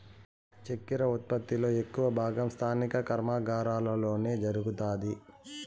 చక్కర ఉత్పత్తి లో ఎక్కువ భాగం స్థానిక కర్మాగారాలలోనే జరుగుతాది